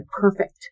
perfect